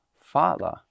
Father